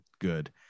good